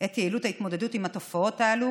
את יעילות ההתמודדות עם התופעות הללו,